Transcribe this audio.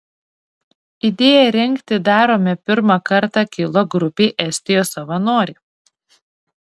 idėja rengti darome pirmą kartą kilo grupei estijos savanorių